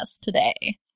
today